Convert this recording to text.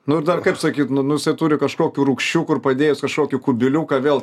nu dar kaip sakyt nu nu jisai turi kažkokių rūgščių kur padėjęs kažkokį kubiliuką vėl